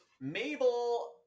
Mabel